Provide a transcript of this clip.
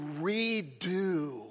redo